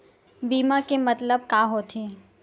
बीमा के मतलब का होथे?